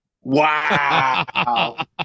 Wow